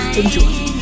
enjoy